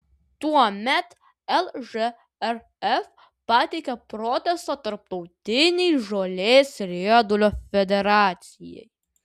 tuomet lžrf pateikė protestą tarptautinei žolės riedulio federacijai